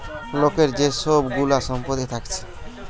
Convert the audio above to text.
লোকের যে সব গুলা সম্পত্তি থাকছে